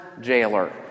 jailer